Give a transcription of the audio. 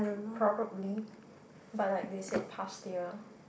probably but like they said past year